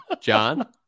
John